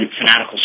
fanatical